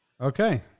Okay